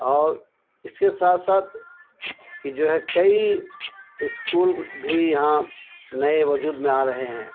اور اس کے ساتھ ساتھ کہ جو ہے کئی اسکول بھی یہاں نئے ووجود میں آ رہے ہیں